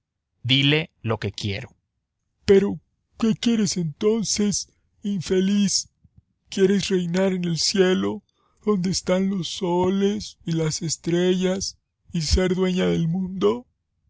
dile lo que quiero pero qué quieres entonces infeliz quieres reinar en el cielo donde están los soles y las estrellas y ser dueña del mundo